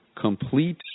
complete